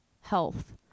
health